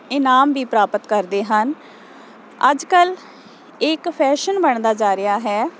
ਇਨਾਮ ਵੀ ਪ੍ਰਾਪਤ ਕਰਦੇ ਹਨ ਅੱਜ ਕੱਲ੍ਹ ਇਹ ਇਕ ਫੈਸ਼ਨ ਬਣਦਾ ਜਾ ਰਿਹਾ ਹੈ